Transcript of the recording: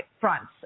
fronts